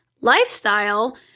lifestyle